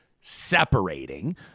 separating